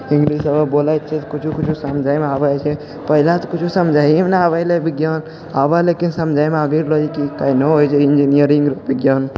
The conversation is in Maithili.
इङ्ग्लिश बोलै छियै कुछो कुछो समझै मे आबै छै पहिले तऽ कुछो समझैए मे नहि आबैले बिज्ञान आबऽ लेकिन समझै मे आबि गेलौ कि केहनो होइ छै इन्जीनियरिंग बिज्ञान